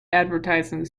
advertising